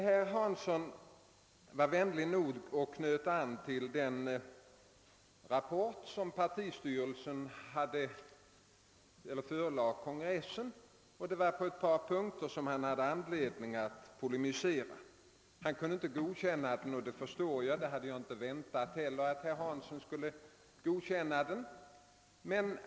Herr Hansson var vänlig nog att knyta an till den rapport som partistyrelsen förelade kongressen. Han kunde inte godkänna den, och det förstår jag — det hade jag inte väntat att han skulle göra.